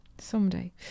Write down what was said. Someday